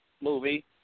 movie